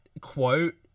quote